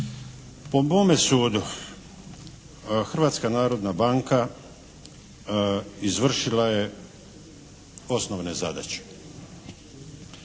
Po mome sudu Hrvatska narodna banka izvršila je osnovne zadaće.